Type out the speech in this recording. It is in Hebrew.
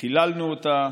חיללנו אותה,